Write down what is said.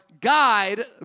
guide